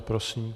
Prosím.